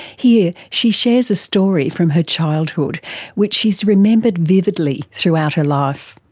here she shares a story from her childhood which she's remembered vividly throughout her life.